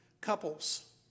couples